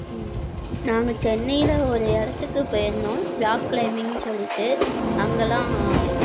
நாங்கள் சென்னையில் ஒரு இடத்துக்கு போயிருந்தோம் ராக் கிளைமிங் சொல்லிட்டு அங்கெல்லாம்